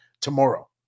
tomorrow